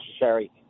necessary